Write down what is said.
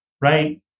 right